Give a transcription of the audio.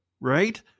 right